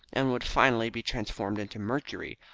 and would finally be transformed into mercury.